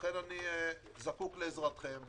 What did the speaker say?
לכן אני זקוק לעזרתכם.